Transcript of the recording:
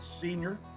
Senior